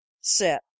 set